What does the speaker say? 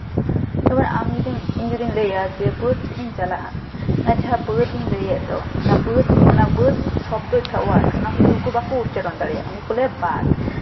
ᱡᱮᱢᱚᱱ ᱟᱢ ᱡᱩᱫᱤᱢ ᱤᱧ ᱡᱩᱫᱤᱧ ᱞᱟᱹᱭᱟ ᱵᱟᱹᱫ ᱥᱮᱜ ᱤᱧ ᱪᱟᱞᱟᱜᱼᱟ ᱚᱱᱟ ᱡᱟᱦᱟᱸ ᱵᱟᱹᱫ ᱤᱧ ᱞᱟᱹᱭᱮᱫ ᱫᱚ ᱚᱱᱟ ᱵᱟᱹᱫ ᱚᱱᱟ ᱵᱟᱹᱫ ᱥᱚᱵᱽᱫᱚ ᱡᱟᱦᱟᱸ ᱳᱟᱨᱰ ᱚᱱᱟ ᱠᱤᱱᱛᱩ ᱩᱱᱠᱩ ᱵᱟᱠᱚ ᱩᱪᱪᱟᱨᱚᱱ ᱫᱟᱲᱮᱭᱟᱜᱼᱟ ᱩᱱᱠᱩ ᱠᱚ ᱞᱟᱹᱭᱟ ᱵᱟᱫ